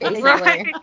Right